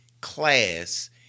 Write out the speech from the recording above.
class